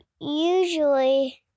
Usually